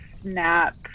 snap